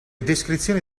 descrizioni